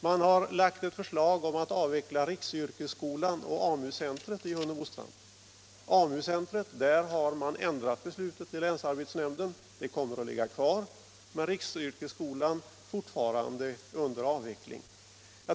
Man har också lagt förslag om att avveckla riksyrkesskolan och AMU centret i Hunnebostrand. Länsarbetsnämnden har ändrat beslutet om AMU-centret. Det kommer att ligga kvar. Men riksyrkesskolan är under avveckling.